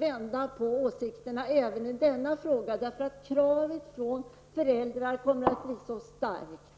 era åsikter även i denna fråga på grund av att kraven från föräldrarna kommer att bli mycket starka.